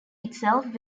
itself